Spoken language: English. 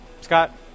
Scott